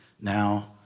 now